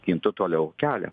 skintų toliau kelią